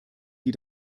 die